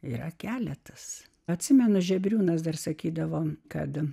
yra keletas atsimenu žebriūnas dar sakydavo kad